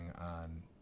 on